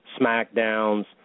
SmackDowns